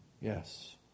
Yes